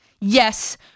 Yes